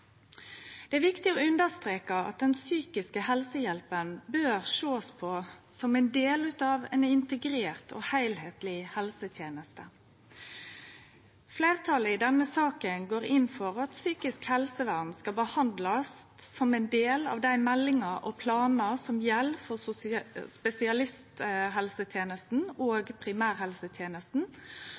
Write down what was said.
Det er viktig å understreke at den psykiske helsehjelpa bør sjåast på som ein del av ei integrert heilskapleg helseteneste. Fleirtalet i denne saka går inn for at psykisk helsevern skal behandlast som ein del av dei meldingane og planane som gjeld for spesialisthelsetenesta og primærhelsetenesta, og